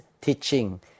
teaching